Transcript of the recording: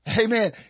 Amen